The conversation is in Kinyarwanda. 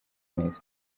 neza